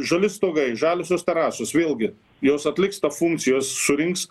žali stogai žaliosios terasos vėlgi jos atliks tą funkciją jos surinks